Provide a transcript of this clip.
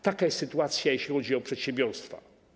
Taka jest sytuacja, jeśli chodzi o przedsiębiorstwa.